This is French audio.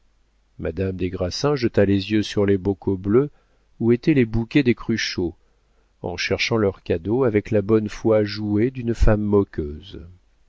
madame des grassins jeta les yeux sur les bocaux bleus où étaient les bouquets des cruchot en cherchant leurs cadeaux avec la bonne foi jouée d'une femme moqueuse